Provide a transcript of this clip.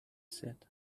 said